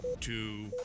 two